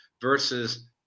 versus